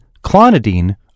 clonidine